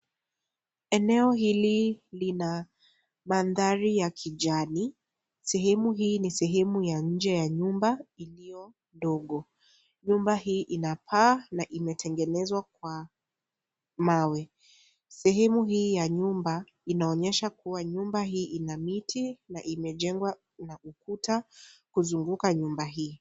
Eneo hili lina mandhari ya kijani, sehemu hii ni sehemu ya nje ya nyumba iliyo ndogo, nyumba hii ina paa na imetengenezwa kwa mawe, sehemu hii ya nyumba inaonyesha kuwa nyumba hii ina miti na imejengwa na ukuta kusunguka nyumba hii.